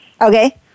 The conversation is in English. Okay